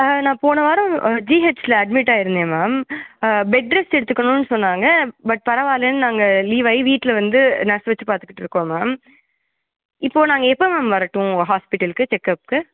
ஆ நான் போன வாரம் ஜிஹெச்யில் அட்மிட் ஆகிருந்தேன் மேம் பெட் ரெஸ்ட் எடுத்துக்கணும்னு சொன்னாங்க பட் பரவாயில்லைன்னு நாங்கள் லீவ் ஆகி வீட்டில் வந்து நர்ஸ் வச்சு பார்த்துக்கிட்டு இருக்கோம் மேம் இப்போ நாங்கள் எப்போ மேம் வரட்டும் ஹாஸ்பிட்டலுக்கு செக்கப்க்கு